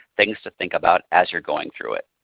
things to think about as you are going through it.